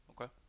Okay